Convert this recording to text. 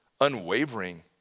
Unwavering